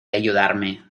ayudarme